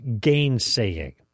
gainsaying